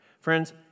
Friends